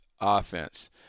offense